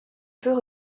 peut